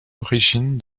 origine